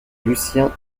lucien